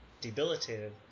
debilitated